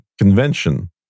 convention